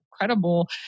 incredible